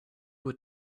were